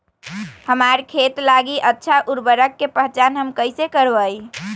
हमार खेत लागी अच्छा उर्वरक के पहचान हम कैसे करवाई?